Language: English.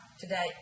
today